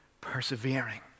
persevering